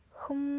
không